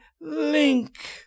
link